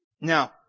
Now